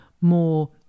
more